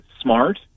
smart